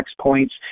points